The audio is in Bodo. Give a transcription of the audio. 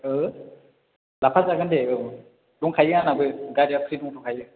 लाफाजागोन दे औ दंखायो आंनाबो गारिया फ्रिदम दंखायो